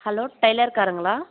hello டெயிலர்காரருங்களா